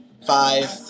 Five